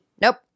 Nope